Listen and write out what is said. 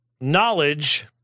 knowledge